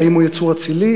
האם הוא יצור אצילי?